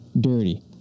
dirty